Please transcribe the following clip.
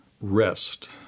rest